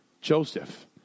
Joseph